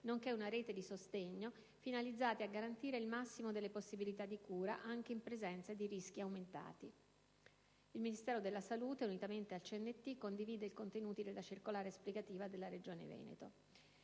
nonché una rete di sostegno, finalizzati a garantire il massimo delle possibilità di cura, anche in presenza di rischi aumentati». Il Ministero della salute, unitamente al CNT, condivide i contenuti della circolare esplicativa della Regione Veneto.